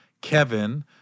Kevin